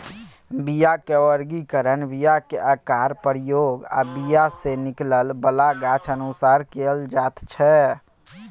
बीयाक बर्गीकरण बीयाक आकार, प्रयोग आ बीया सँ निकलै बला गाछ अनुसार कएल जाइत छै